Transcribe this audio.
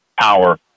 power